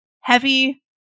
heavy